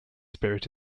spirit